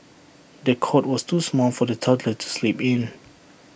the cot was too small for the toddler to sleep in